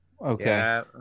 Okay